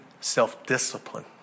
self-discipline